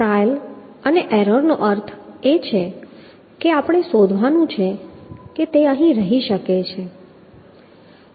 trial અને એરરનો અર્થ એ છે કે આપણે શોધવાનું છે કે તે રહી શકે છે